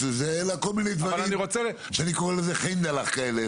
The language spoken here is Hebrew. -- אלא כול מיני דברים שאני קורא לזה "חנדלאך" כאלה,